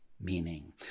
meaning